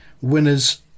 winners